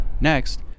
Next